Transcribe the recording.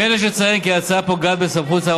כמו כן יש לציין כי ההצעה פוגעת בסמכויות שר